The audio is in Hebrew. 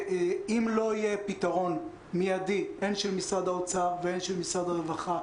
אם לא יהיה פתרון מידי הן של משרד האוצר והן של משרד הרווחה,